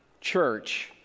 church